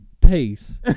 Peace